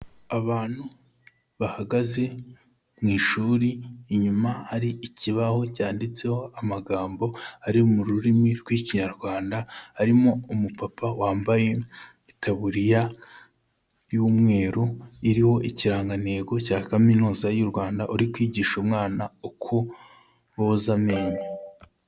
Abantu bahagaze mu ishuri inyuma hari ikibaho cyanditseho amagambo ari mu rurimi rw'Ikinyarwanda, harimo umupapa wambaye itaburiya y'umweru iriho Ikirangantego cya Kaminuza y'u Rwanda uri kwigisha umwana uko boza amenyo.